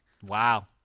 Wow